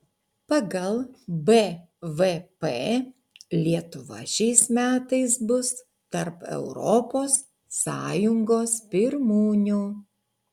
pagal bvp lietuva šiais metais bus tarp europos sąjungos pirmūnių